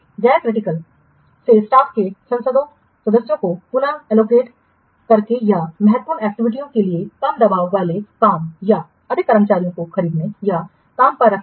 गैर क्रिटिकल से स्टाफ के सदस्यों को पुन आवंटित करके या महत्वपूर्ण एक्टिविटीयों के लिए कम दबाव वाले काम या अधिक कर्मचारियों को खरीदने या काम पर रखने से